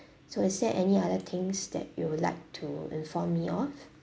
so is there any other things that you would like to inform me of